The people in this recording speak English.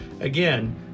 Again